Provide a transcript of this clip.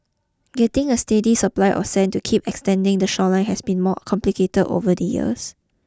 getting a steady supply of sand to keep extending the shoreline has been more complicated over the years